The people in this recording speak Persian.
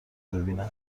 ببینم